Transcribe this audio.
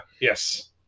Yes